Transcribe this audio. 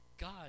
God